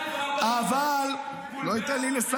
204 נרצחים מול 106 בכל שנת 2022. הוא לא ייתן לי לסיים.